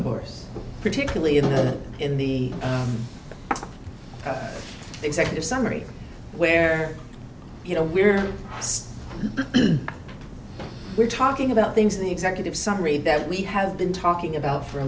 the horse particularly in the in the executive summary where you know we're we're talking about things in the executive summary that we have been talking about for a